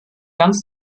ganz